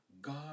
God